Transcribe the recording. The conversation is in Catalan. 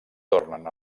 tornen